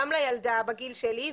גם לילדה בגיל שלי,